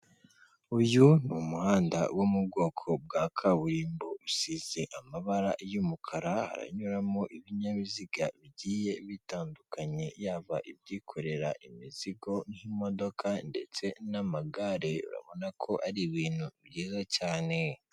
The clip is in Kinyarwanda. Uyu ni umuhanda wo mu bwoko bwa kaburimbo usize amabara y'umukara anyuramo ibinyabiziga bigiye bitandukanye yaba ibyikorera imizigo nk'imodoka ndetse n'amagare urabona ko ari ibintu byiza cyane.